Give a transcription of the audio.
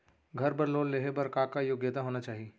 घर बर लोन लेहे बर का का योग्यता होना चाही?